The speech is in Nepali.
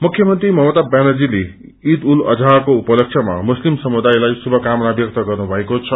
मुख्यमंत्री ममता वनर्जाले ईद उल जोहाको उपलस्पमा मुस्लिम समुदायलाई श्रुषकामना व्यक्त गर्नुभएको छ